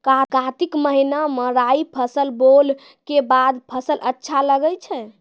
कार्तिक महीना मे राई फसल बोलऽ के बाद फसल अच्छा लगे छै